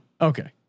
Okay